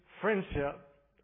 friendship